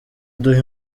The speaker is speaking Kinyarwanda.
uduha